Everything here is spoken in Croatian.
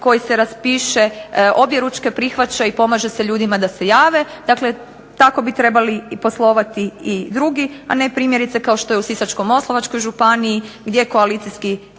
koji se raspiše objeručke prihvaća i pomaže se ljudima da se jave. Dakle, tako bi trebali poslovati i drugi, a ne primjerice kao što je u Sisačko-moslavačkoj županiji, gdje koalicijski